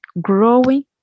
growing